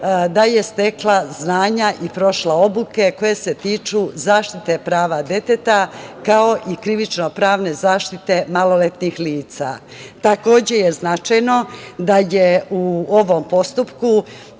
da je stekla znanja i prošla obuke koje se tiču zaštite prava deteta, kao i krivično-pravne zaštite maloletnih lica. Takođe je značajno da je u ovom postupku